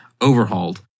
Overhauled